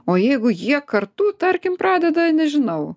o jeigu jie kartu tarkim pradeda nežinau